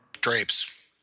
Drapes